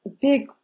big